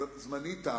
זמני תם,